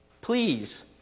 Please